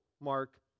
mark